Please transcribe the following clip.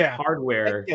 hardware